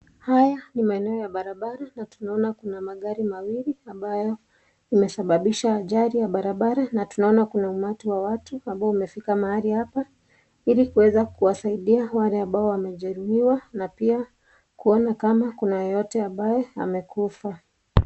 Haya, ni maeneo ya barabara, na tunaona kuna magari mawili, ambayo, imesababisha ajali ya barabara, na tunaona kuna umati wa watu ambao umefika maali hapa, ili kueza kuwasaidia wale abao wamejeruhiwa na pia, kuona kama kuna yeyote ambae, amekufa.